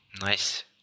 nice